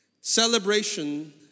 Celebration